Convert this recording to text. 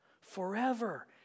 forever